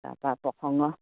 তাৰপা প্ৰসংগ